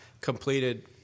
completed